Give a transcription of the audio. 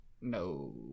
No